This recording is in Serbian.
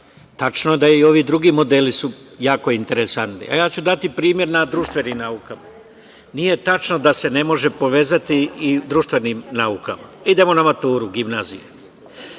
Tačno je da su i ovi drugi modeli jako interesantni, a ja ću danas dati primer na društvenim naukama, nije tačno da se ne može povezati i društvenim naukama. Idemo na maturu, gimnazije.